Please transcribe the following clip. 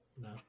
no